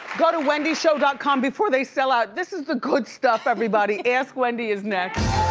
go to wendyshow dot com before they sell out. this is the good stuff everybody. ask wendy is next.